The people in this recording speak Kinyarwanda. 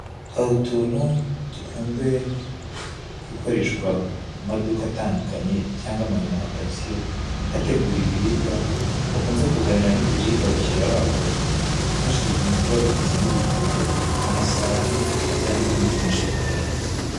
Harutuntu dukunzwe gukoreshwa mumaduka atandukanye cyangwa amarimantasiyo ategura ibiribwa bakunze kuzaniramo ibiribwa abakiriya babo twinshi dukunzwe kuba dukoze nkudutebo amasahane cyangwa utundi twinshi tunyuranye.